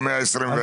הוא ה-121.